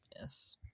yes